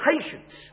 patience